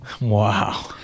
Wow